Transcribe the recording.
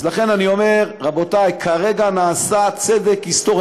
אז לכן אני אומר: רבותי, כרגע נעשה צדק היסטורי.